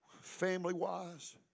Family-wise